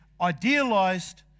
idealized